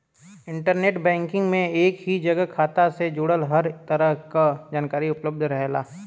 internet banking में एक ही जगह खाता से जुड़ल हर तरह क जानकारी उपलब्ध रहेला